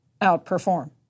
outperform